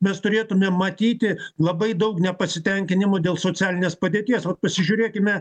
mes turėtumėm matyti labai daug nepasitenkinimo dėl socialinės padėties vat pasižiūrėkime